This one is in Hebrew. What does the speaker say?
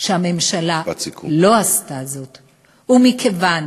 שהממשלה לא עשתה זאת, ומכיוון